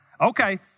Okay